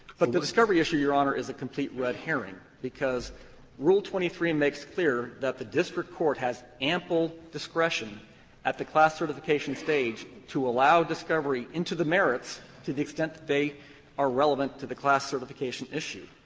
but the discovery issue, your honor, is a complete red herring, because rule twenty three makes clear that the district court has ample discretion at the class certification stage to allow discovery into the merits to the extent that they are relevant to the class certification issue.